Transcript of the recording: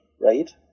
right